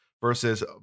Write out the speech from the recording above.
versus